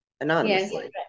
anonymously